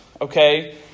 Okay